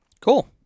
cool